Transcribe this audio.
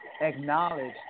acknowledge